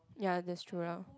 ya that's true lah